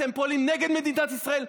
אתם פועלים נגד מדינת ישראל.